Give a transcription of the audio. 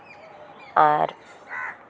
ᱟᱨ